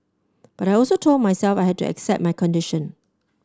but I also told myself I had to accept my condition